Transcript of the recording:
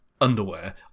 underwear